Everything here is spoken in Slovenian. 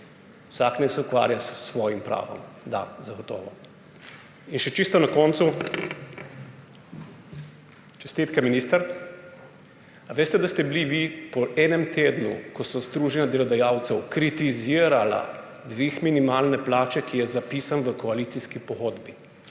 Vsak naj se ukvarja s svojim pragom. Da, zagotovo. In še čisto na koncu, čestitke minister. A veste, da ste bili vi po enem tednu, ko so združenja delodajalcev kritizirala dvig minimalne plače, ki je zapisan v koalicijski pogodbi,